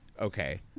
okay